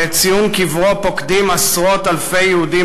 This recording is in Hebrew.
ואת קברו פוקדים עשרות-אלפי יהודים